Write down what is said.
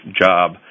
job